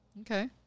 Okay